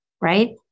right